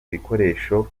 ibikoresho